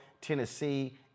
tennessee